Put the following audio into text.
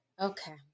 Okay